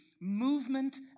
movement